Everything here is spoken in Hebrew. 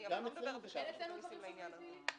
אני לא מדברת בשם רשות המסים בעניין הזה.